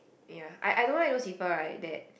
ya I I don't like those people right that